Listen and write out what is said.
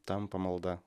tampa malda